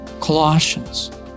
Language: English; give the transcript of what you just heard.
Colossians